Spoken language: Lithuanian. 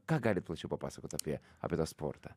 ką galit plačiau papasakot apie apie tą sportą